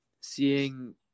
seeing